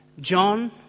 John